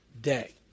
day